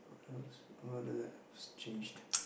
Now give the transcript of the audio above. what else what else changed